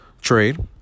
trade